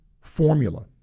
formula